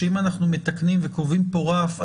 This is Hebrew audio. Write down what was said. שאם אנחנו מתקנים וקובעים פה רף,